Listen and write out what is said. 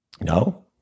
No